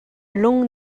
lung